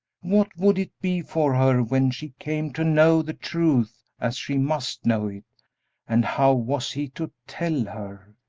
what would it be for her when she came to know the truth, as she must know it and how was he to tell her?